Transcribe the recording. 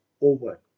over